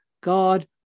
God